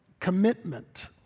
commitment